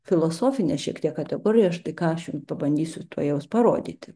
filosofinę šiek tiek kategoriją štai ką aš jum pabandysiu tuojaus parodyti